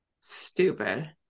stupid